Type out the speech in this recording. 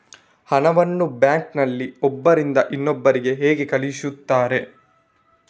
ಹಣವನ್ನು ಬ್ಯಾಂಕ್ ನಲ್ಲಿ ಒಬ್ಬರಿಂದ ಇನ್ನೊಬ್ಬರಿಗೆ ಹೇಗೆ ಕಳುಹಿಸುತ್ತಾರೆ?